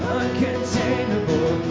uncontainable